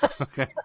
Okay